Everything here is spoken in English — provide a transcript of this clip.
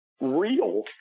real